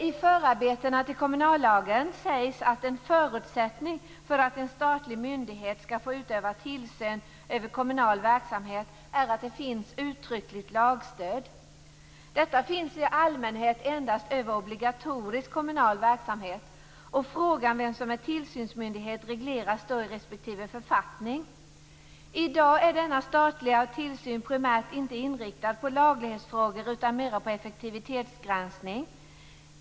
I förarbetena till kommunallagen sägs att en förutsättning för att en statlig myndighet skall få utöva tillsyn över kommunal verksamhet är att det finns uttryckligt lagstöd för detta. Det finns i allmänhet endast vad gäller obligatorisk kommunal verksamhet, och frågan vilken myndighet som är tillsynsmyndighet regleras då i respektive författning. I dag är denna statliga tillsyn primärt inte inriktad på laglighetsfrågor utan mera på effektivitetsgranskning.